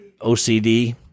OCD